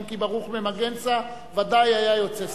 אם כי ברוך ממגנצא ודאי היה יוצא ספרד.